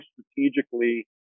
strategically